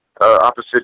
opposite